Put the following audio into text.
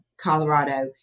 Colorado